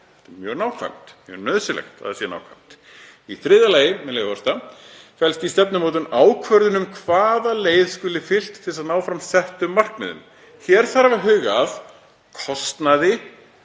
Þetta er mjög nákvæmt, mjög nauðsynlegt að þetta sé nákvæmt. Í þriðja lagi, með leyfi forseta, „felst í stefnumótun ákvörðun um hvaða leið skuli fylgt til að ná fram settum markmiðum. Hér þarf að huga að kostnaði,